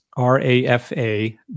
r-a-f-a